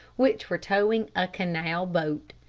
which were towing a canal-boat.